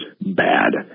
bad